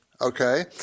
okay